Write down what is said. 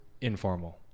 informal